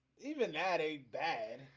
even at a bad.